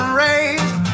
raised